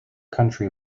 country